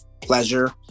pleasure